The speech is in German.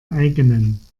eigenen